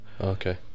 okay